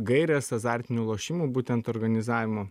gairės azartinių lošimų būtent organizavimo